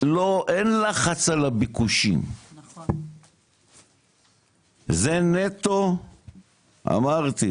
אין לחץ על הביקושים, זה נטו אמרתי,